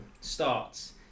starts